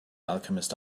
alchemist